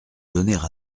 donner